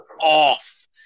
off